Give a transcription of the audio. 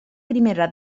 primera